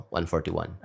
141